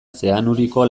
zeanuriko